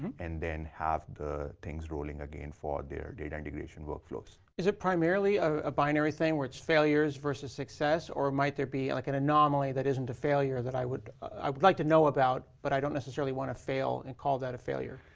and then have the things rolling again for their data integration workflows. is it primarily a binary thing where it's failures versus success or might there be like an anomaly that isn't a failure that i would i would like to know about, but i don't necessarily want to fail and call that a failure?